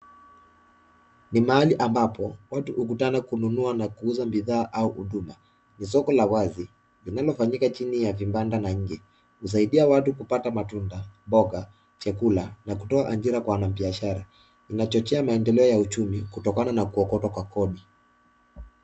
Ni mahali ambapo watu hukutana kununua au kuuza bidhaa au hudma. Ni soko la wazi linalofanyika chini ya vibanda na nje. Husaidia watu kupata matunda, mboga, chakula na kutoa ajira kwa wanabiashara. Inachochea maendeleo ya uchumi kutokana na kuokotwa kwa kodi.